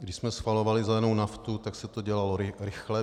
Když jsme schvalovali zelenou naftu, tak se to dělalo rychle.